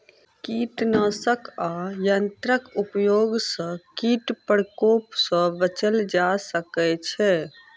कीटनाशक आ यंत्रक उपयोग सॅ कीट प्रकोप सॅ बचल जा सकै छै